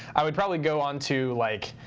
i would probably go onto like